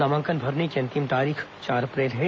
नामांकन भरने की अंतिम तारीख चार अप्रैल है